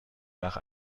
nach